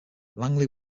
langley